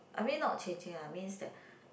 I mean not changing uh means that